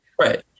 Right